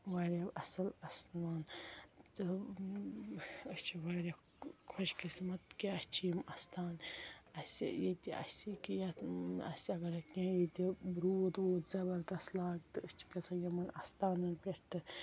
واریاہ اَصٕل اَسمان تہٕ أسۍ چھِ واریاہ خۄش قِسمَت کہِ اسہِ چھِ یِم اَستان اسہِ ییٚتہِ اسہِ ییٚکہِ یَتھ اسہِ اگرٕے کینٛہہ ییٚتہِ روٗد ووٗد زَبردس لاگہِ تہٕ أسۍ چھِ گَژھان یِمن اَستانَن پٮ۪ٹھ تہٕ